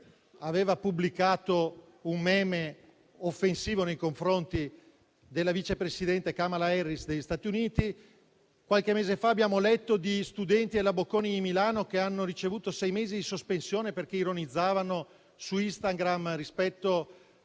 aveva pubblicato un meme offensivo nei confronti della vice presidente Kamala Harris degli Stati Uniti. Qualche mese fa abbiamo letto di studenti della Bocconi di Milano che hanno ricevuto sei mesi di sospensione perché ironizzavano su Instagram rispetto alla